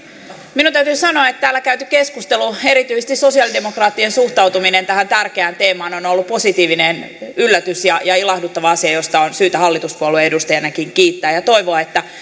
minun täytyy sanoa että täällä käyty keskustelu erityisesti sosialidemokraattien suhtautuminen tähän tärkeään teemaan on ollut positiivinen yllätys ja ja ilahduttava asia josta on syytä hallituspuolueen edustajanakin kiittää ja ja toivoa että